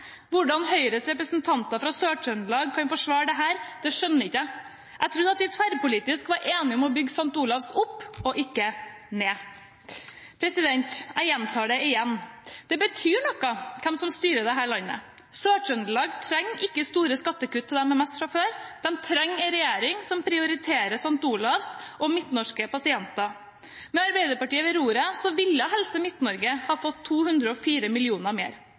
Hvordan Høyres representanter fra Sør-Trøndelag kan forsvare dette, skjønner ikke jeg. Jeg trodde at vi tverrpolitisk var enige om å bygge St. Olavs Hospital opp, ikke ned. Jeg gjentar: Det betyr noe hvem som styrer dette landet. Sør-Trøndelag trenger ikke store skattekutt til dem med mest fra før. De trenger en regjering som prioriterer St. Olavs Hospital og midtnorske pasienter. Med Arbeiderpartiet ved roret ville Helse Midt-Norge ha fått 204 mill. kr mer.